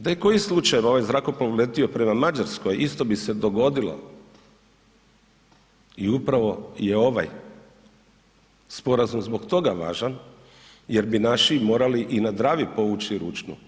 Da je kojim slučajem ovaj zrakoplov letio prema Mađarskoj, isto bi se dogodilo i upravo je ovaj sporazum zbog toga važan jer bi naši morali i na Dravi povući ručnu.